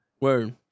word